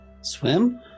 Swim